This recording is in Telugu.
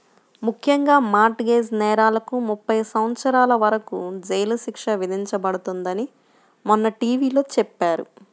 ముఖ్యంగా మార్ట్ గేజ్ నేరాలకు ముప్పై సంవత్సరాల వరకు జైలు శిక్ష విధించబడుతుందని మొన్న టీ.వీ లో చెప్పారు